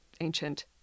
ancient